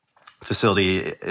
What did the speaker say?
facility